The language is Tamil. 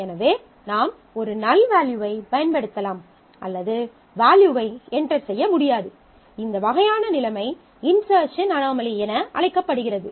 எனவே நாம் ஒரு நல் வேல்யூவைப் பயன்படுத்தலாம் அல்லது வேல்யூவை என்டர் செய்ய முடியாது இந்த வகையான நிலைமை இன்செர்ட்சன் அனாமலி என அழைக்கப்படுகிறது